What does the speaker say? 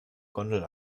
gondel